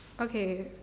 okay